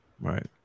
right